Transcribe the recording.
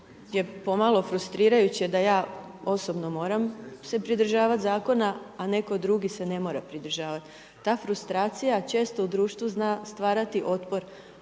je pomalo frustrirajuće da ja osobno moram se pridržavat zakona a neko drugi se ne mora pridržavati. Ta frustracija često u društvu zna stvarati otpor,